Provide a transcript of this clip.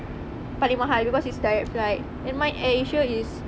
paling mahal because it's direct flight AirAsia is